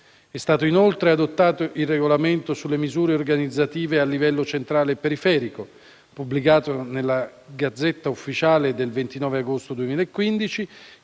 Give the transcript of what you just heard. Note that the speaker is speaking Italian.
È stato, inoltre, adottato il Regolamento sulle misure organizzative a livello centrale e periferico, pubblicato nella *Gazzetta Ufficiale* del 29 agosto 2015,